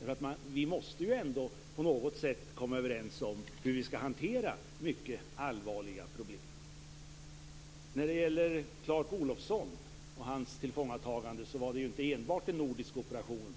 mening. Vi måste ju ändå på något sätt komma överens om hur vi skall hantera mycket allvarliga problem. Clark Olofssons tillfångatagande var inte enbart en nordisk operation.